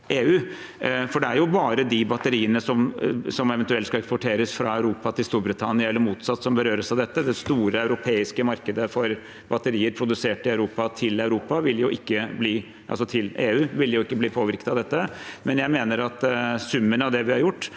det er jo bare de batteriene som eventuelt skal eksporteres fra Europa til Storbritannia, eller motsatt, som berøres av dette, det store europeiske markedet for batterier produsert i Europa til EU vil ikke bli påvirket av dette. Men jeg mener at summen av det vi har gjort,